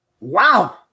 Wow